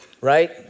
right